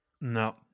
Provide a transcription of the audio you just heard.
no